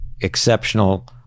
exceptional